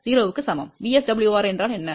0 க்கு சமம் VSWR என்றால் என்ன